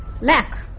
lack